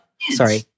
sorry